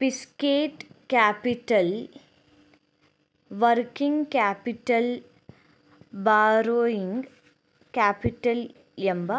fixed capital working capital borrowing capital ಎಂಬ